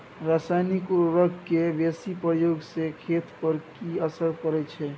रसायनिक उर्वरक के बेसी प्रयोग से खेत पर की असर परै छै?